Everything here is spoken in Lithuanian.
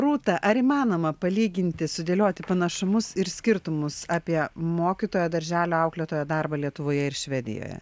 rūta ar įmanoma palyginti sudėlioti panašumus ir skirtumus apie mokytojo darželio auklėtojo darbą lietuvoje ir švedijoje